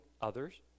others